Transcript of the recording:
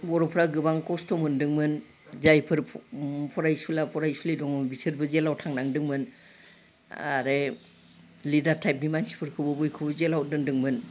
बर'फ्रा गोबां खस्थ' मोन्दोंमोन जायफोर फरायसुला फरायसुलि दङ बिसोरबो जेइलाव थांनांदोंमोन आरो लिडार टाइप मानसिफोरखौबो बयखौबो जेइलाव दोन्दोंमोन